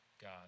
God